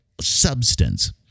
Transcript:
substance